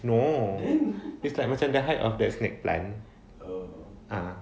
no it's like macam the height of the snake plant ah